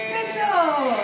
Mitchell